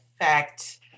effect